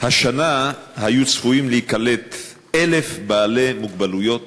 השנה היו צפויים להיקלט 1,000 בעלי מוגבלויות